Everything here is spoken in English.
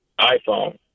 iPhone